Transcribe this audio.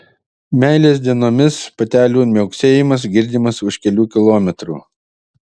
meilės dienomis patelių miauksėjimas girdimas už kelių kilometrų